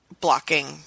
blocking